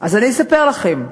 אני אספר לכם.